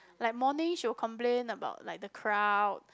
like morning she will complain about like the crowd